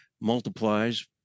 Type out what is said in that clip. multiplies